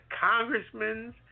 congressmen